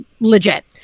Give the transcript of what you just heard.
legit